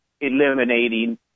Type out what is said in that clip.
eliminating